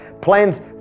Plans